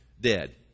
dead